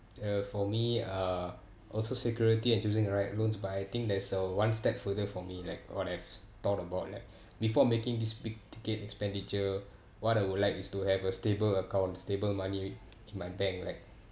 uh for me uh also security and choosing the right loans but I think there's a one step further for me like what I've s~ thought about that before making this big-ticket expenditure what I would like is to have a stable account stable money in my bank like